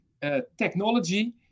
technology